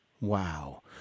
wow